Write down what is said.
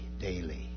daily